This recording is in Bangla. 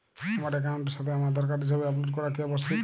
আমার অ্যাকাউন্টের সাথে আধার কার্ডের ছবি আপলোড করা কি আবশ্যিক?